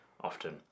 often